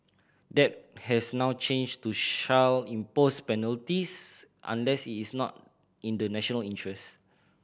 that has now changed to shall impose penalties unless it is not in the national interest